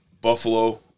Buffalo